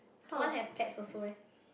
I want have pets also eh